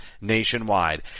nationwide